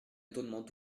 étonnement